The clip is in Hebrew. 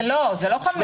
זה לא 500 שקלים,